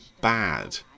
bad